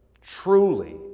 truly